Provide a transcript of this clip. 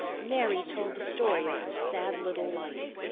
mary told the story of her sad little life.